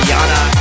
Yana